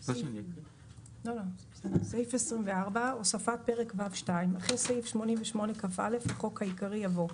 את סעיף 24. 24.הוספת פרק ו'2 אחרי סעיף 88כא לחוק העיקרי יבוא: